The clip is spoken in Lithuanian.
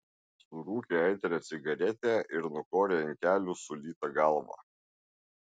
surūkė aitrią cigaretę ir nukorė ant kelių sulytą galvą